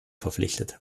verpflichtet